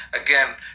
again